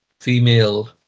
female